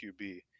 qb